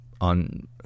on